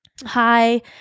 hi